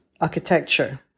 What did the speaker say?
architecture